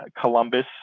Columbus